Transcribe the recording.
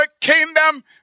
kingdom